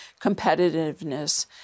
competitiveness